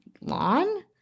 lawn